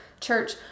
church